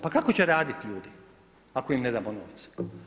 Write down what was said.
Pa kako će raditi ljudi ako im ne damo novce.